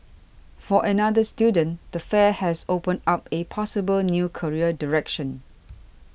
for another student the fair has opened up a possible new career direction